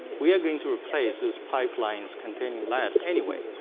we are going to replace those pipelines containing lead anyway.